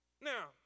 Now